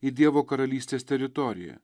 į dievo karalystės teritoriją